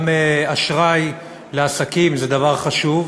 גם אשראי לעסקים זה דבר חשוב,